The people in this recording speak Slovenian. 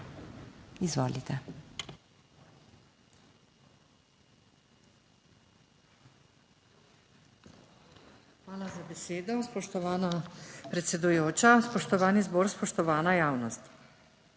Levica): Hvala za besedo. Spoštovana predsedujoča, spoštovani zbor, spoštovana javnost!